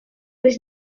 was